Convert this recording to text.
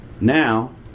now